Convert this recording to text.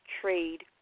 Trade